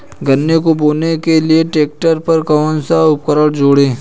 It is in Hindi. गन्ने को बोने के लिये ट्रैक्टर पर कौन सा उपकरण जोड़ें?